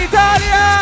Italia